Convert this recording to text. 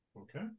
okay